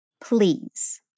please